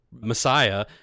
Messiah